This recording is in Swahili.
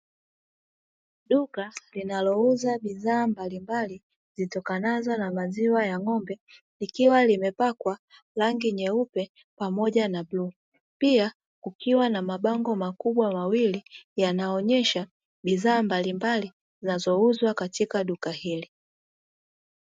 Duka linalouza bidhaa mbalimbali zitokanazo na maziwa, likiwa limepakwa rangi nyeupe pamoja na bluu. Pia kukiwa na mabango makubwa mawili yanayoonyesha bidhaa mbalimbali zinazouzwa katika duka hili.